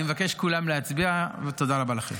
אני מבקש מכולם להצביע, ותודה רבה לכם.